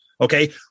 Okay